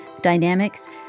dynamics